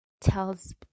tells